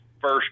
first